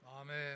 Amen